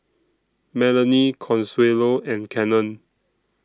Melony Consuelo and Cannon